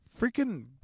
freaking